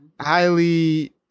highly